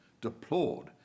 deplored